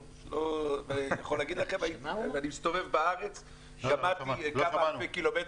אני מסתובב בארץ וגמעתי כמה אלפי קילומטרים